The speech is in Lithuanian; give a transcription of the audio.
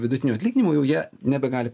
vidutinių atlyginimų jau jie nebegali